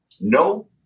no